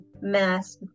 mass